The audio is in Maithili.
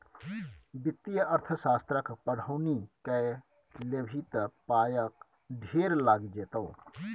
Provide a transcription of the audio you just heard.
वित्तीय अर्थशास्त्रक पढ़ौनी कए लेभी त पायक ढेर लागि जेतौ